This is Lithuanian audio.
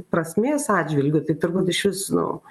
prasmės atžvilgiu tai turbūt išvis nu